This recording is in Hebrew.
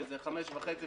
שזה 5.5,